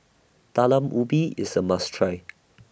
Talam Ubi IS A must Try